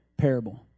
parable